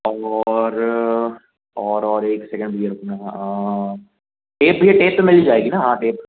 और और और एक सेकेंड भैया अपना टेप भैया टेप तो मिल जाएगा ना हाँ टेप